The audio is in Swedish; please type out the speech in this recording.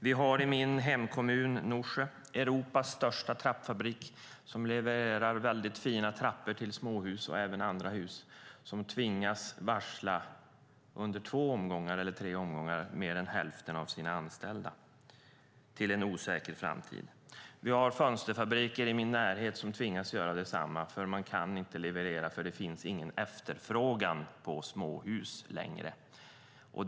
Vi har i min hemkommun Norsjö Europas största trappfabrik som levererar fina trappor till småhus och även andra hus, och de tvingas under två eller tre omgångar varsla mer än hälften av sina anställda, till en osäker framtid. Vi har fönsterfabriker i min närhet som tvingas göra detsamma då de inte kan leverera eftersom det inte längre finns någon efterfrågan på småhus.